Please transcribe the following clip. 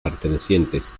pertenecientes